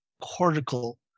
cortical